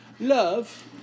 Love